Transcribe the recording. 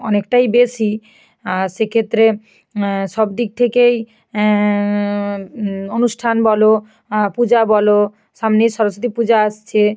অনেকটাই বেশি সেক্ষেত্রে সব দিক থেকেই অনুষ্ঠান বলো পূজা বলো সামনেই সরস্বতী পূজা আসছে